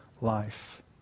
life